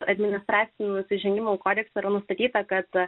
administracinių nusižengimų kodeksą ir nustatyta kad